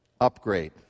upgrade